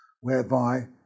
whereby